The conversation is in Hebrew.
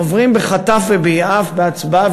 עוברים בחטף וביעף בהצבעה,